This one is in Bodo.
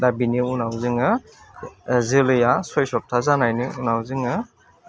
दा बिनि उनावनो जोङो जोलैया सय सप्ता जानायनि उनाव जोङो